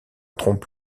trompe